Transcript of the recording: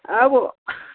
अब